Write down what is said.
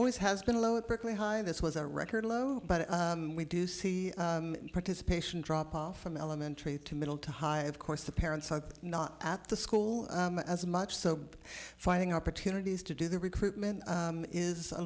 always has been low at berkeley high this was a record low but we do see participation drop off from elementary to middle to high of course the parents are not at the school as much so finding opportunities to do the recruitment is a